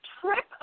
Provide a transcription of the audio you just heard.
trip